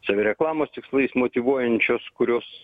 savireklamos tikslais motyvuojančios kurios